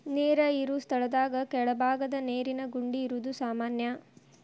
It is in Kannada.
ನೇರ ಇರು ಸ್ಥಳದಾಗ ಕೆಳಬಾಗದ ನೇರಿನ ಗುಂಡಿ ಇರುದು ಸಾಮಾನ್ಯಾ